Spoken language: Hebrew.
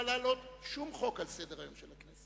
להעלות שום חוק על סדר-היום של הכנסת.